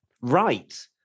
Right